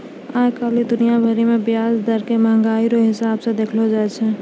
आइ काल्हि दुनिया भरि मे ब्याज दर के मंहगाइ रो हिसाब से देखलो जाय छै